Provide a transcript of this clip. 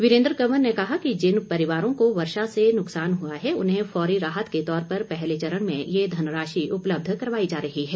वीरेन्द्र कंवर ने कहा कि जिन परिवारों को वर्षा से नुकसान हुआ है उन्हें फौरी राहत के तौर पर पहले चरण में ये धनराशि उपलब्ध करवाई जा रही है